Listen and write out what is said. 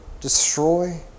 destroy